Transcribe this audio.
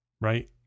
right